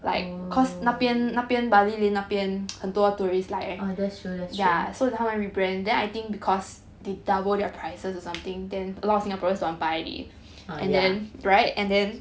oh that's true that's true oh yeah